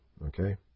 Okay